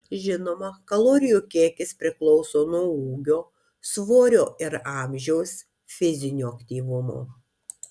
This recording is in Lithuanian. žinoma kalorijų kiekis priklauso nuo ūgio svorio ir amžiaus fizinio aktyvumo